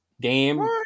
game